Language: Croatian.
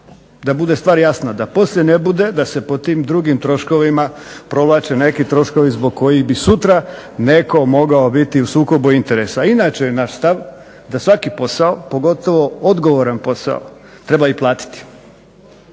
da bude stvar jasna, da poslije ne bude da se pod tim drugim troškovima provlače neki troškovi zbog kojih bi sutra netko mogao biti u sukobu interesa. Inače je naš stav da svaki posao, pogotovo odgovoran posao treba i platiti.